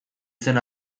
zen